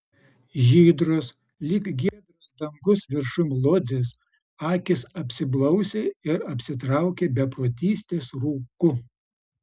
žydros lyg giedras dangus viršum lodzės akys apsiblausė ir apsitraukė beprotystės rūku